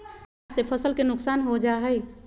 बाढ़ से फसल के नुकसान हो जा हइ